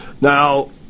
now